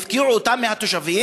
מהקרקע הפרטית של האזרח או של התושב,